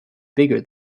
bigger